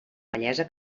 vellesa